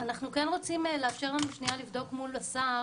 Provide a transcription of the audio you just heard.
אנחנו כן רוצים שיתאפשר לנו לבדוק מול השר